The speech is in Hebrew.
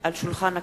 על שולחן הכנסת,